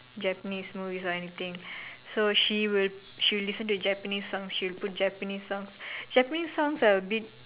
Japanese movies or anything so she would she will listen to Japanese songs she'll put Japanese songs Japanese songs are abit